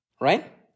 Right